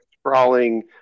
sprawling